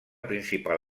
principal